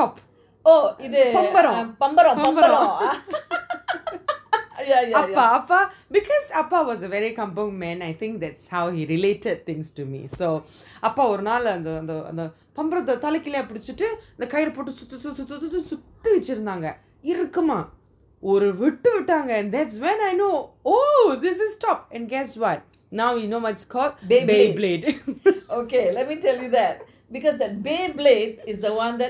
top பம்பரம்:bamparam பம்பரம் அப்போ அப்பா:bamparam apo appa because அப்பா:appa was a very kampong man I think that's how he related things to me so அப்பா ஒரு நாள் அந்த அந்த அந்த பம்பரத்தை தள்ள கீழ பிடிச்சிட்டு கயிறு போடு சூத்து சூத்து சுத்தி சுத்தி வெச்சாங்க இறுக்கமா ஒரு விட்டு விட்டாங்க:appa oru naal antha antha antha bamparatha thalla keela pidichitu kayuru potu suthu suthu suthi suthi vechanga irukama oru vittu vitanga that's when I know oh this is top and guess what now you know what it's called